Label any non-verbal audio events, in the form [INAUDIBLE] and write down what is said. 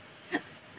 [LAUGHS]